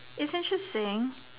isn't she saying